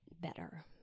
better